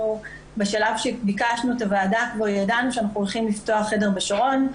בשלב שביקשנו את הוועדה כבר ידענו שאנחנו הולכים לפתוח חדר בשרון,